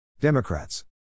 Democrats